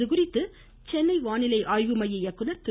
இதுகுறித்து சென்னை வானிலை ஆய்வு மைய இயக்குனர் திரு